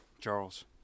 charles